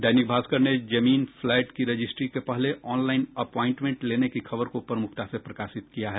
दैनिक भास्कर ने जमीन फ्लैट की रजिस्ट्री के पहले ऑनलाईन अप्वांईटमेंट लेने की खबर को प्रमुखता से प्रकाशित किया है